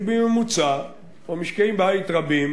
שבממוצע משקי-בית רבים